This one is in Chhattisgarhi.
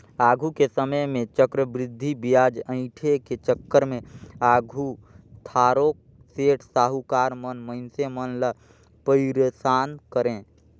आघु के समे में चक्रबृद्धि बियाज अंइठे के चक्कर में आघु थारोक सेठ, साहुकार मन मइनसे मन ल पइरसान करें